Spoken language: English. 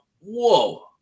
whoa